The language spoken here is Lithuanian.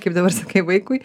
kaip dabar sakai vaikui